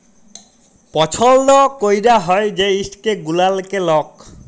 পছল্দ ক্যরা হ্যয় যে ইস্টক গুলানকে লক